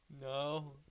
No